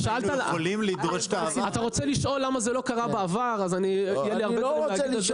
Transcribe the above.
אם אתה רוצה לשאול למה זה לא קרה בעבר אז יהיה לי הרבה מאוד מה להגיד.